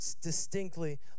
distinctly